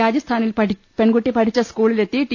രാജസ്ഥാനിൽ പെൺകുട്ടി പഠിച്ച സ്കൂളിലെത്തി ടി